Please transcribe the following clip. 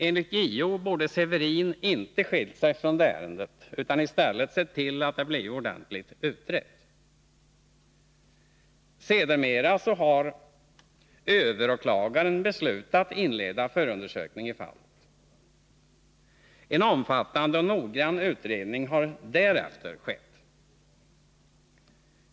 Enligt JO borde Severin inte ha skilt sig från ärendet utan i stället sett till att det hade blivit ordentligt utrett. Sedermera beslöt överåklagaren inleda förundersökning i fallet. En omfattande och noggrann utredning har därefter skett.